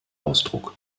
ausdruck